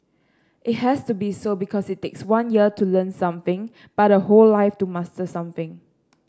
it has to be so because it takes one year to learn something but a whole life to master something